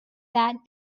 that